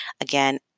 again